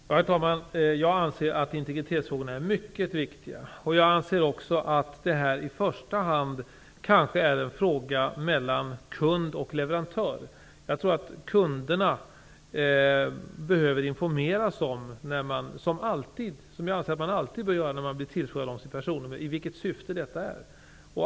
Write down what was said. Herr talman! Jag anser att integritetsfrågorna är mycket viktiga. Jag anser också att detta i första hand är en fråga mellan kund och leverantör. Jag tycker att kunderna alltid skall informeras om i vilket syfte personnummer skall användas.